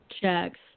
checks